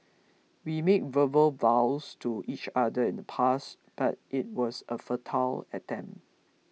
we made verbal vows to each other in the past but it was a futile attempt